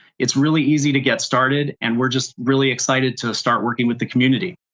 it's really easy to get started and we're just really excited to start working with the community.